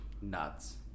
Nuts